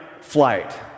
flight